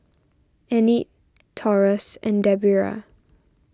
Enid Taurus and Debera